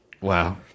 wow